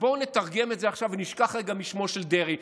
בואו נתרגם את זה עכשיו ונשכח לרגע משמו של דרעי,